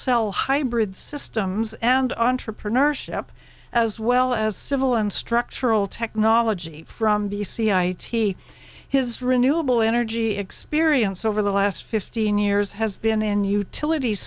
cell hybrid systems and entrepreneurship as well as civil and structural technology from d c i t his renewable energy experience over the last fifteen years has been in utilit